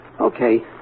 Okay